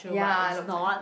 ya it looks like